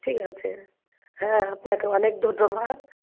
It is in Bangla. ঠিক আছে হ্যাঁ আপনাকে অনেক ধন্যবাদ